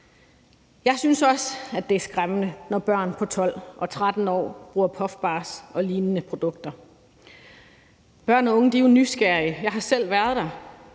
Jeg synes også, det er skræmmende, når børn på 12 og 13 år bruger puffbars og lignende produkter. Børn og unge er jo nysgerrige. Jeg har selv været der,